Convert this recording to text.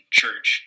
church